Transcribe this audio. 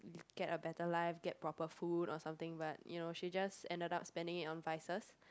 get a better life get proper food or something but you know she just ended up spending it on vices